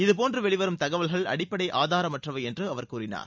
இதுபோன்று வெளிவரும் தகவல்கள் அடிப்படை ஆதாரமற்றவை என்று அவர் கூறினார்